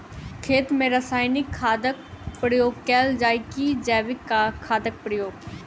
खेत मे रासायनिक खादक प्रयोग कैल जाय की जैविक खादक प्रयोग?